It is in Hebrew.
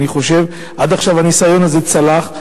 עד עכשיו הניסיון הזה צלח.